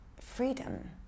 freedom